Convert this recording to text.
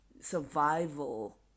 survival